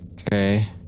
okay